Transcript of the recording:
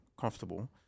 comfortable